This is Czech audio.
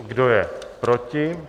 Kdo je proti?